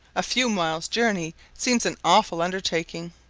a few miles' journey seems an awful undertaking.